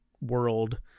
world